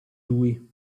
lui